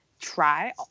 try